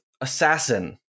assassin